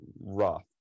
rough